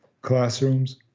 classrooms